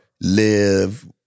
live